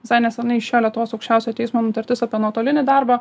visai nesenai išėjo lietuvos aukščiausiojo teismo nutartis apie nuotolinį darbą